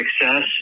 success